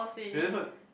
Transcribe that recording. ya that's not